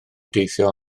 deithio